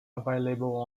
available